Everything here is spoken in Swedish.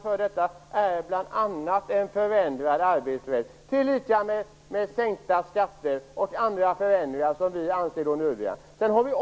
Det innebär bl.a. en förändrad arbetsrätt, sänkta skatter och andra förändringar som vi anser nödvändiga.